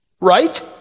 right